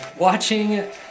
watching